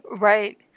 Right